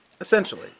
Essentially